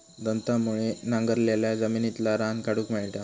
दंताळ्यामुळे नांगरलाल्या जमिनितला रान काढूक मेळता